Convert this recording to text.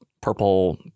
purple